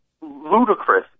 ludicrous